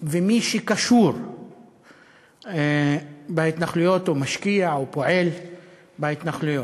ומי שקשור בהתנחלויות או משקיע או פועל בהתנחלויות.